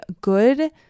good